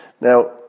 Now